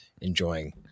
enjoying